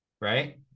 right